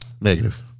Negative